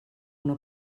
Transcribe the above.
una